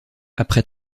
après